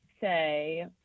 say